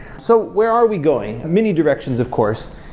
so where are we going? many directions, of course.